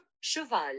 cheval